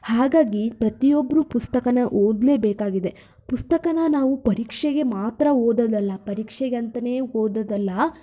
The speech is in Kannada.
ಹಾಗಾಗಿ ಪ್ರತಿಯೊಬ್ಬರೂ ಪುಸ್ತಕನ ಓದಲೇಬೇಕಾಗಿದೆ ಪುಸ್ತಕನ ನಾವು ಪರೀಕ್ಷೆಗೆ ಮಾತ್ರ ಓದೋದಲ್ಲ ಪರೀಕ್ಷೆಗಂತಲೇ ಓದೋದಲ್ಲ